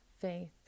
faith